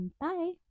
bye